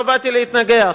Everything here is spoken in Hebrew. לא באתי להתנגח.